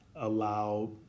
allow